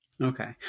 Okay